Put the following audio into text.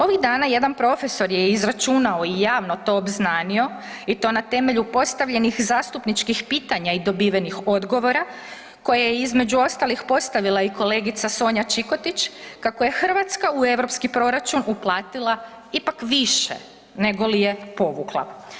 Ovih dana jedan profesor je izračunao i javno to obznanio i to na temelju postavljenih zastupničkih pitanja i dobivenih odgovora koje je između ostalih postavila i kolegice Sonja Čikotić kako je Hrvatska u EU proračun uplatila ipak više nego li je povukla.